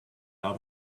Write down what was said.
out